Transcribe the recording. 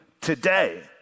today